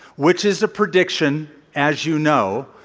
which is a prediction, as you know,